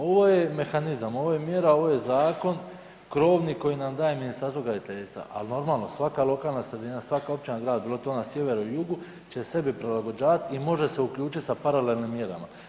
Ovo je mehanizam, ovo je mjera, ovo je zakon, krovni koji nam daje Ministarstvo graditeljstva ali normalno, svaka lokalna sredina, svaka općina, grad pogotovo bilo to na sjeveru ili jugu će se sebi prilagođavati i može se uključiti sa paralelnim mjerama.